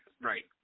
Right